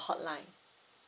hotline